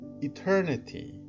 eternity